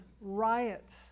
riots